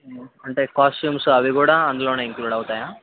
అంటే కాస్ట్యూమ్స్ అవి కూడా అందులోనే ఇంక్లూడ్ అవుతాయా